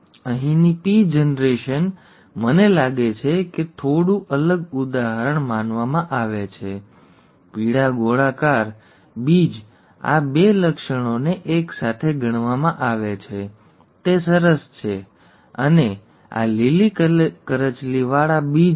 અહીંની P generation મને લાગે છે કે થોડું અલગ ઉદાહરણ માનવામાં આવે છે પીળા ગોળાકાર બીજ આ બે લક્ષણોને એક સાથે ગણવામાં આવે છે તે સરસ છે અને આ લીલી કરચલીવાળા બીજ છે